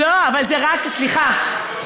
לא, סליחה.